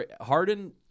Harden